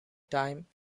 time